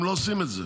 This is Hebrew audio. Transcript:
הם לא עושים את זה,